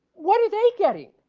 what are they getting.